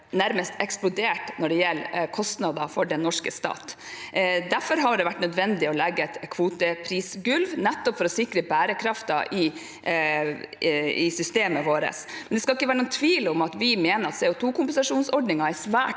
nærmest har eksplodert når det gjelder kostnader for den norske stat. Derfor har det vært nødvendig å legge et kvoteprisgulv, nettopp for å sikre bærekraften i systemet vårt. Det skal ikke være noen tvil om at vi mener at CO2-kompensasjonsordnin